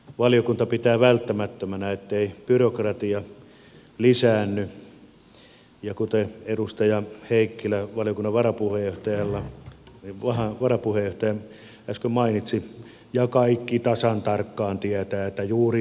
valiokunta pitää välttämättömänä ettei byrokratia lisäänny kuten edustaja heikkilä valiokunnan varapuheenjohtaja äsken mainitsi ja kaikki tasan tarkkaan tietävät juuri niin tulee käymään